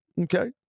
Okay